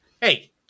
hey